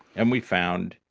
and we found,